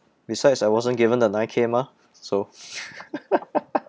besides I wasn't given the nine K mah so